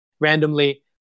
randomly